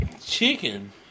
Chicken